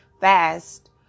fast